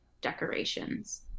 decorations